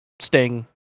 Sting